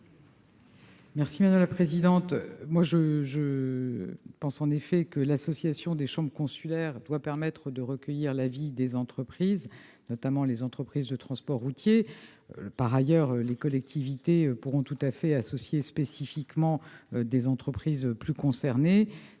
l'avis du Gouvernement ? Je pense en effet que l'association des chambres consulaires doit permettre de recueillir l'avis des entreprises, notamment les entreprises de transport routier. Par ailleurs, les collectivités pourront tout à fait associer spécifiquement des entreprises particulièrement